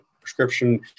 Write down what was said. prescription